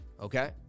Okay